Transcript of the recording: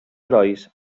herois